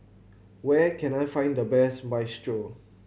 where can I find the best Minestrone